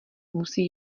musí